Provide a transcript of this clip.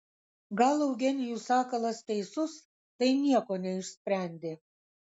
gal eugenijus sakalas teisus tai nieko neišsprendė